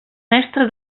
mestre